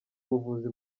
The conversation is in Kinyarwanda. buvuzi